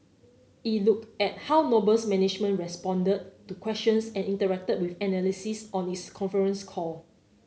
it looked at how Noble's management responded to questions and interacted with analysts on its conference call